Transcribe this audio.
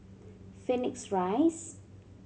Phoenix Rise